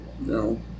no